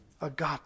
agape